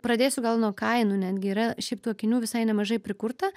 pradėsiu gal nuo kainų netgi yra šiaip tų akinių visai nemažai prikurta